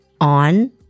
on